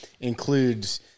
includes